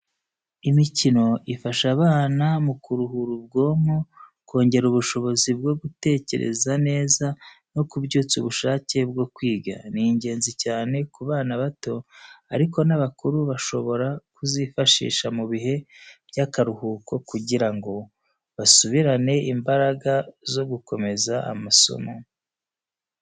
Imikino ifasha abana mu kuruhura ubwonko, kongera ubushobozi bwo gutekereza neza, no kubyutsa ubushake bwo kwiga. Ni ingenzi cyane ku bana bato, ariko n’abakuru bashobora kuzifashisha mu bihe by’akaruhuko kugira ngo basubirane imbaraga zo gukomeza amasomo.